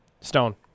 Stone